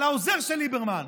על העוזר של ליברמן.